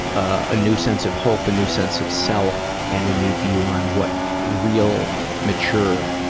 a new sense of hope, and new sense of self, and a new view on what real mature,